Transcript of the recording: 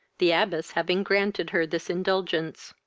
the abbess having granted her this indulgence.